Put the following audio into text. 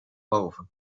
boven